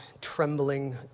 trembling